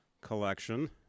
collection